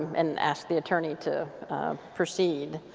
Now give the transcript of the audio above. and asked the attorney to proceed.